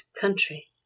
country